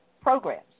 programs